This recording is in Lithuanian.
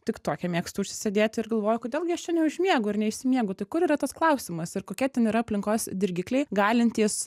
tiktoke mėgstu užsisėdėt ir galvoju kodėl gi aš čia neužmiegu ir neišsimiegu tai kur yra tas klausimas ir kokie ten yra aplinkos dirgikliai galintys